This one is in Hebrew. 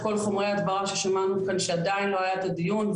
אנחנו חושבים שכאשר אתה מוריד מכסים,